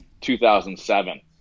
2007